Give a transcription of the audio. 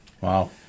Wow